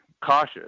cautious